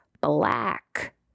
Black